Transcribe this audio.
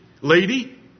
lady